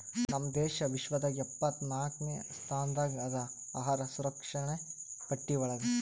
ನಮ್ ದೇಶ ವಿಶ್ವದಾಗ್ ಎಪ್ಪತ್ನಾಕ್ನೆ ಸ್ಥಾನದಾಗ್ ಅದಾ ಅಹಾರ್ ಸುರಕ್ಷಣೆ ಪಟ್ಟಿ ಒಳಗ್